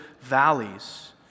valleys